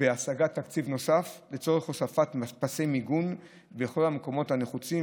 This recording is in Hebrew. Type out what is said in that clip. בהשגת תקציב נוסף לצורך הוספת פסי מיגון בכל המקומות הנחוצים,